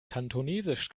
kantonesisch